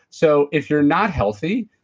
so if you're not healthy,